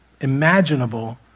imaginable